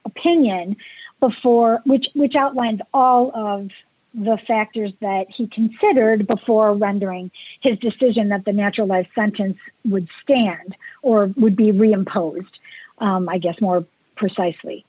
opinion before which which outlines all of the factors that he considered before rendering his decision that the natural life sentence would stand or would be reimposed i guess more precisely